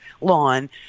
lawn